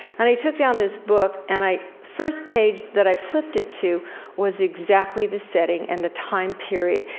and i took down this book, and i first page that i flipped it to was exactly the setting, and the time period,